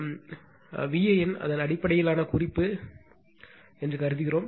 நம் Van அதன் அடிப்படையிலான குறிப்பு என்று கருதுகிறோம்